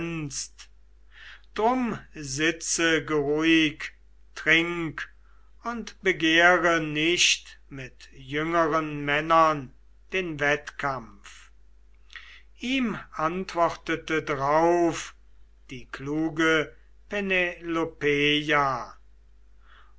drum sitze geruhig trink und begehre nicht mit jüngeren männern den wettkampf ihm antwortete drauf die kluge penelopeia